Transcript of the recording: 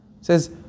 says